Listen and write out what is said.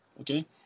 Okay